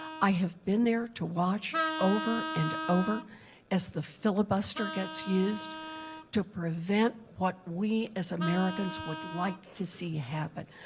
i have been there to watch over and over as the filibuster gets used to prevent what we as americans would like to see happen.